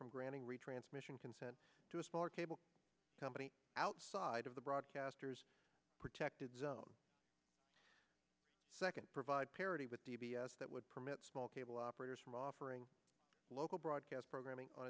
from granting retransmission consent to a smaller cable company outside of the broadcasters protected zone second to provide parity with d b s that would permit small cable operators from offering local broadcast programming on